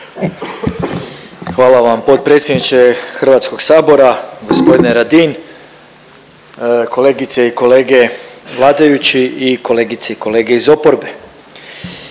Hvala vam potpredsjedniče HS-a g. Radin, kolegice i kolege vladajući i kolegice i kolege iz oporbe.